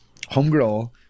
Homegirl